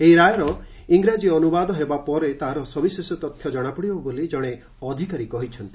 ଏହି ରାୟର ଇଂରାଜୀ ଅନୁବାଦ ହେବା ପରେ ତାହାର ସବିଶେଷ ତଥ୍ୟ ଜଣାପଡ଼ିବ ବୋଲି ଜଣେ ଅଧିକାରୀ କହିଛନ୍ତି